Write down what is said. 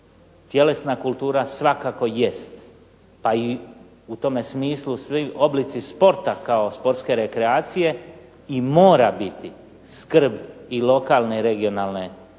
Tjelesna kultura svakako i jest, pa i u tome smislu svi oblici sporta kao sportske rekreacije i mora biti skrb i lokalne i regionalne samouprave.